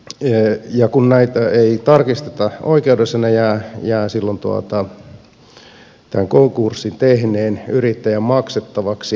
pisteet ja kun tätä ei tarkisteta oikeudessa se jää silloin tämän konkurssin tehneen yrittäjän maksettavaksi